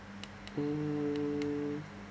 mm